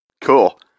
Cool